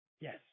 Yes